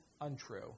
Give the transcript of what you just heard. Untrue